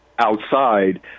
outside